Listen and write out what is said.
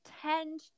tend